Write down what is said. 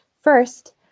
First